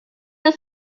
you